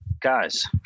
guys